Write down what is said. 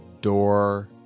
door